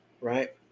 right